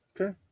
Okay